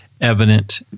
evident